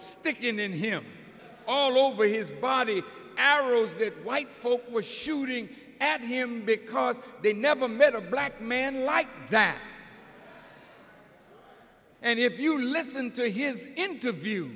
sticking in him all over his body arrows the white folk were shooting at him because they never met a black man like that and if you listen to his interview